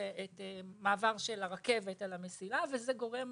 מעבר הרכבת על המסילה וזה גורם